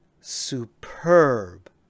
superb